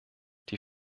die